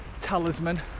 Talisman